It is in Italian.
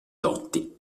lotti